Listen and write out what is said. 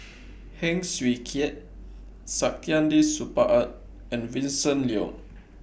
Heng Swee Keat Saktiandi Supaat and Vincent Leow